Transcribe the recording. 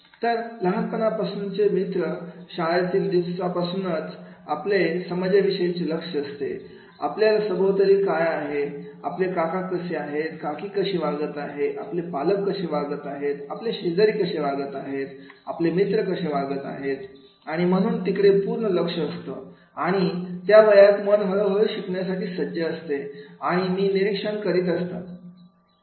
तर लहानपणापासूनच मित्रशाळेतील दिवसापासुनच आपले आपल्या समाजाविषयी लक्ष असते आपल्या सभोवताली काय आहे आपले काका कसे आहेत काकी कशा वागत आहेत आपले पालक कसे वागत आहेत आपले शेजारी कसे वागत आहेत आपले मित्र कसे वागत आहेत आणि म्हणून तिकडे पूर्ण लक्ष असतं आणि त्या वयात मन हळूहळू शिकण्यासाठी सज्ज असते आणि मी निरीक्षण करीत असतं